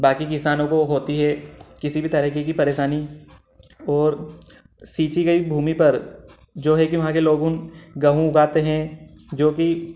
बाकी किसानों को होती है किसी भी तरीके की परेशानी और सींची गई भूमि पर जो है कि वहाँ के लोगों गेहूँ उगाते हैं जो कि